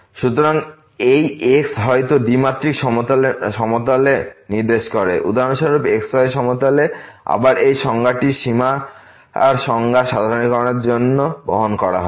সুতরাং এই x হয়তো দ্বিমাত্রিক সমতলে নির্দেশ করে উদাহরণস্বরূপ xy সমতলে এবং আবার এই সংজ্ঞাটি সীমার সংজ্ঞা সাধারণীকরণের জন্য বহন করা হবে